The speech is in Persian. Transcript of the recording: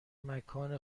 مکان